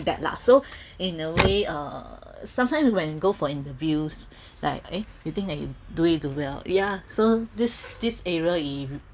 held me back so in a way uh sometimes when go for interviews like eh you think that you do it well yeah so this this area in